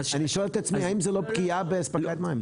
אני שואל את עצמי האם זו לא פגיעה באספקת מים.